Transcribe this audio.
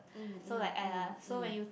so like !aiya! so when you